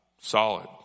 solid